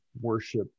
worship